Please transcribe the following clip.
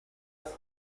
las